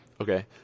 Okay